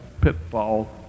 pitfall